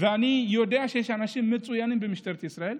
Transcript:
ואני יודע שיש אנשים מצוינים במשטרת ישראל,